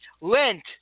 Lent